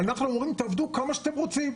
אנחנו אומרים להם לעבוד כמה שהם רוצים,